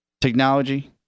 technology